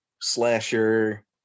slasher